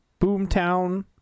Boomtown